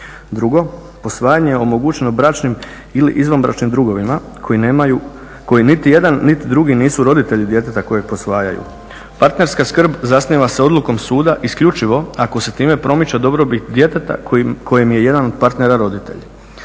Drugo, posvajanje je omogućeno bračnim ili izvanbračnim drugovima koji nemaju, koji niti jedan niti drugi nisu roditelji djeteta kojeg posvajaju. Partnerska skrb zasniva se odlukom suda isključivo ako se time promiče dobrobit djeteta kojem je jedan od partnera roditelj.